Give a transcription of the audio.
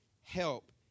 help